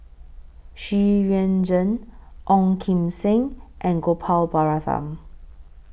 Xu Yuan Zhen Ong Kim Seng and Gopal Baratham